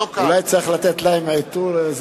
אולי צריך לתת להם עיטור.